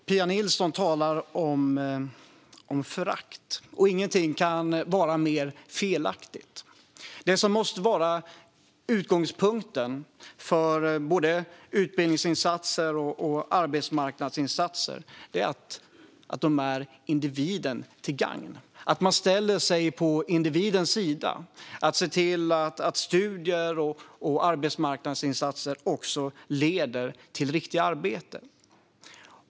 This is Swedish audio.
Fru talman! Pia Nilsson talar om förakt. Ingenting kan vara mer felaktigt. Utgångspunkten för både utbildningsinsatser och arbetsmarknadsinsatser måste vara att de är individen till gagn. Man måste ställa sig på individens sida och se till att studier och arbetsmarknadsinsatser leder till riktiga arbeten.